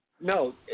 No